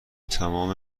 تمام